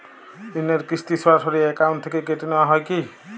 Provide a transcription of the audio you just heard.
ঋণের কিস্তি সরাসরি অ্যাকাউন্ট থেকে কেটে নেওয়া হয় কি?